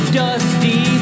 dusty